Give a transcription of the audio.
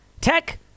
tech